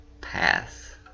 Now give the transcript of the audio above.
Path